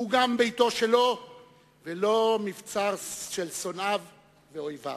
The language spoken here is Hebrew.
הוא גם ביתו שלו ולא מבצר של שונאיו ואויביו".